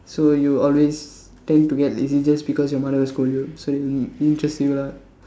so you always tend to get lazy just because your mother will scold so you so it interests you lah